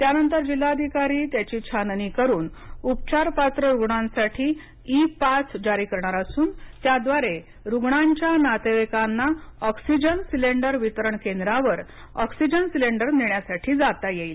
त्यानंतर जिल्हाधिकारी त्याची छाननी करून उपचारपात्र रुग्णांसाठी ई पास जारी करणार असून त्याद्वारे रुग्णांच्या नातेवाईकांना ऑक्सिजन सिलेंडर वितरण केंद्रावर ऑक्सिजनसिलेंडर नेण्यासाठी जाता येईल